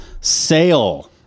sale